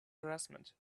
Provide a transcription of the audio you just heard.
harassment